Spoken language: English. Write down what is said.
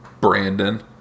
Brandon